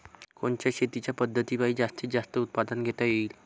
कोनच्या शेतीच्या पद्धतीपायी जास्तीत जास्त उत्पादन घेता येईल?